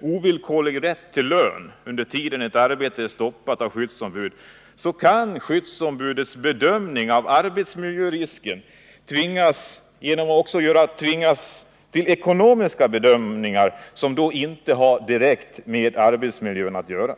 ovillkorlig rätt till lön under den tid ett 183 arbete är stoppat av skyddsombud, så kan skyddsombudet i sin bedömning av arbetsmiljörisker tvingas göra ekonomiska bedömningar som inte direkt har med arbetsmiljön att göra.